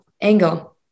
angle